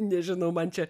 nežinau man čia